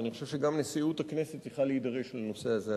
ואני חושב שגם נשיאות הכנסת צריכה להידרש לנושא הזה,